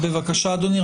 בבקשה אדוני.